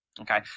Okay